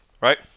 right